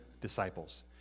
disciples